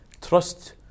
trust